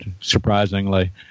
surprisingly